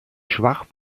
schwach